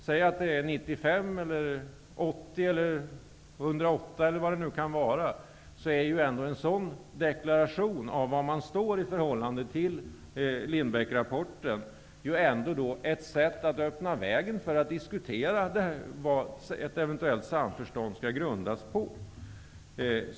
Säg att det är 95, 80, 108 eller vad det nu kan vara, så är ju ändå en sådan deklaration av var man står i förhållande till Lindbeckrapporten ändå ett sätt att öppna vägen för att diskutera vad ett eventuellt samförstånd skall grundas på.